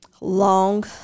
Long